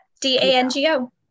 d-a-n-g-o